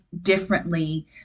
differently